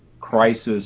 crisis